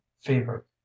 fever